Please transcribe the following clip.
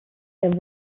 der